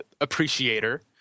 appreciator